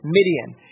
Midian